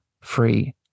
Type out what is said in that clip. free